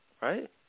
right